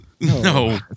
No